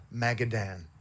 Magadan